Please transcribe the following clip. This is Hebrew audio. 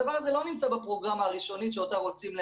הדבר הזה לא נמצא בפרוגרמה הראשונית שאותה רוצים לאשר.